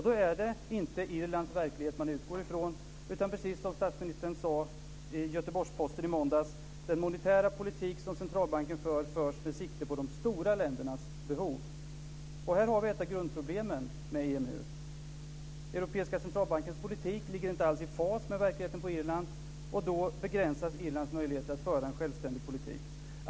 Då är det inte Irlands verklighet man utgår ifrån utan, precis som statsministern sade i Göteborgs-Posten i måndags, den monetära politik som centralbanken för med sikte på de stora ländernas behov. Här har vi ett av grundproblemen med EMU. Europeiska centralbankens politik ligger inte i fas med verkligheten i Irland. Då begränsas Irlands möjligheter att föra en självständig politik.